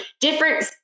Different